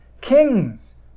Kings